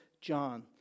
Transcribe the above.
John